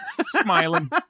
smiling